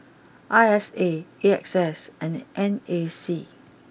I S A A X S and N A C